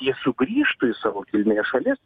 jie sugrįžtų į savo kilmės šalis